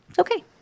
Okay